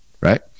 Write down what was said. right